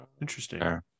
Interesting